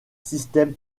système